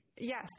Yes